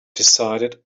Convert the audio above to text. decided